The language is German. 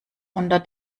unter